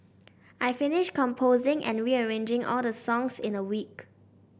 I finished composing and rearranging all the songs in a week